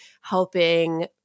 helping